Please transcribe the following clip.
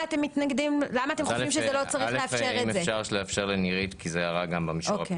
אם אפשר לאפשר לנירית מהמשרד